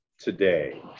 today